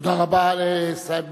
תודה רבה, סעיד